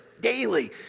daily